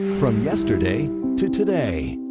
from yesterday to today.